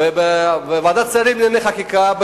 בוועדת שרים לענייני חקיקה,